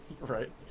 Right